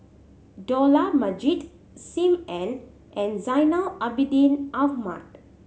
Dollah Majid Sim Ann and Zainal Abidin Ahmad